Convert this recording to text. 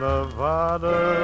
Nevada